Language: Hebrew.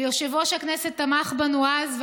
ויושב-ראש הכנסת תמך בנו אז,